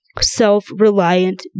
self-reliant